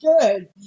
good